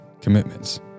commitments